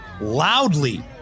loudly